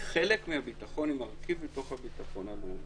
היא חלק מהביטחון, הוא מרכיב בתוך הביטחון הלאומי.